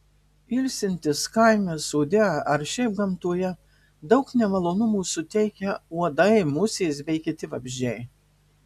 ilsintis kaime sode ar šiaip gamtoje daug nemalonumų suteikia uodai musės bei kiti vabzdžiai